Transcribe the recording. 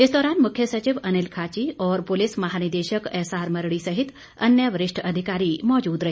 इस दौरान मुख्य सचिव अनिल खाची और पुलिस महानिदेशक एसआर मरड़ी सहित अन्य वरिष्ठ अधिकारी मौजूद रहे